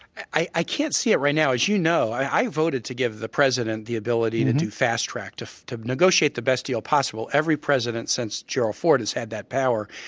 i i can't see it right now. as you know i voted to give the president the ability to to fast track to to negotiate the best deal possible. every president since gerald ford has had that power,